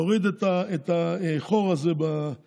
להוריד את החור הזה במשק.